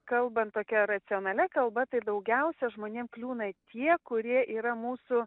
kalban tokia racionalia kalba tai daugiausia žmonėm kliūna tie kurie yra mūsų